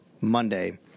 Monday